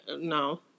No